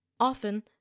Often